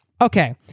Okay